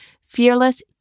Fearless